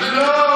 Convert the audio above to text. לא,